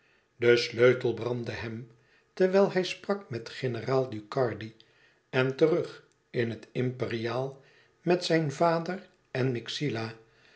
de sleutel brandde hem terwijl hij sprak met generaal ducardi en terug in het imperiaal met zijn vader en myxila